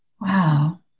wow